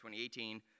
2018